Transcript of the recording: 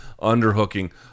underhooking